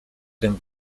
tym